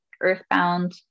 earthbound